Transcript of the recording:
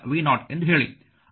5v0 ಎಂದು ಹೇಳಿ